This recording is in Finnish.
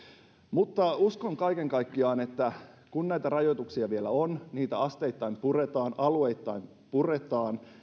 mutta uskon kaiken kaikkiaan että kun näitä rajoituksia vielä on niitä asteittain puretaan alueittain puretaan